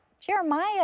Jeremiah